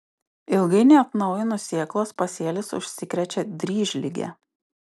ilgai neatnaujinus sėklos pasėlis užsikrečia dryžlige